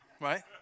right